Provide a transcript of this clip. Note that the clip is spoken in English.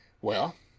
well,